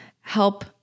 help